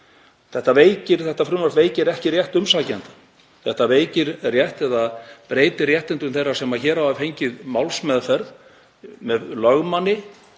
rétt. Þetta frumvarp veikir ekki rétt umsækjenda. Þetta veikir rétt eða breytir réttindum þeirra sem hér hafa fengið málsmeðferð með lögmann